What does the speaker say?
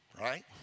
right